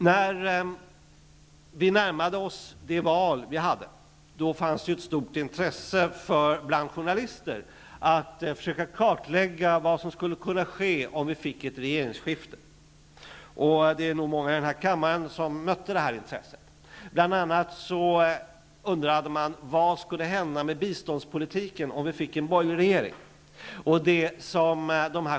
När vi närmade oss valet i höstas fanns det ett stort intresse bland journalister för att försöka kartlägga vad som skulle kunna ske om vi fick ett regeringsskifte. Det är nog många i denna kammare som mötte det intresset. Bl.a. undrade man vad som skulle hända med biståndspolitiken om vi fick en borgerlig regering.